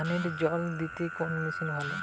ধানে জল দিতে কোন মেশিন ভালো?